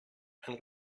and